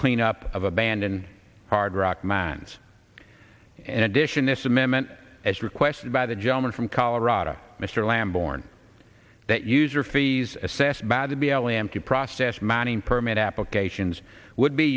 clean up of abandoned hard rock mines and addition this amendment as requested by the gentleman from colorado mr lamb born that user fees assessed by the b l m to process manning permit applications would be